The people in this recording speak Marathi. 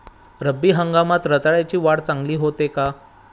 रब्बी हंगामात रताळ्याची वाढ चांगली होते का?